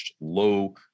low